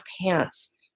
pants